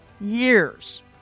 years